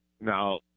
Now